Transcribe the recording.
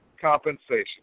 compensation